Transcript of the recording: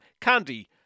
Candy